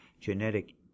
genetic